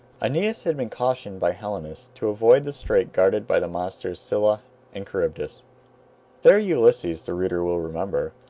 aeneas had been cautioned by helenus to avoid the strait guarded by the monsters scylla and charybdis. there ulysses, the reader will remember,